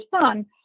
son